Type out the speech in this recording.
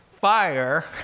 fire